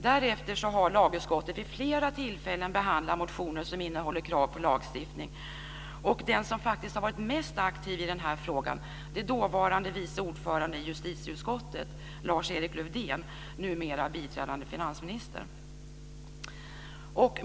Därefter har lagutskottet vid flera tillfällen behandlat motioner som innehåller krav på lagstiftning, och den som faktiskt har varit mest aktiv i den här frågan är dåvarande vice ordföranden i justitieutskottet, Lars-Erik Lövdén, numera biträdande finansminister.